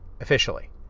officially